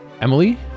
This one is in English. Emily